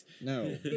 No